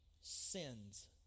sins